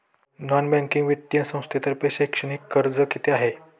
Non banking वित्तीय संस्थांतर्फे शैक्षणिक कर्ज किती आहे?